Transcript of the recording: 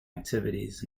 activities